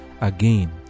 again